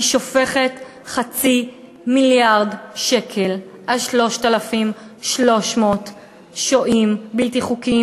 היא שופכת חצי מיליארד שקל על 3,300 שוהים בלתי-חוקיים